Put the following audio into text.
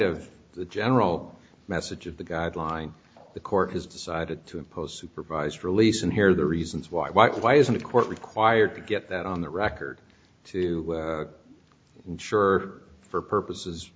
of the general message of the guideline the court has decided to impose supervised release and here the reasons why why why isn't a court required to get that on the record to ensure for purposes